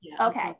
Okay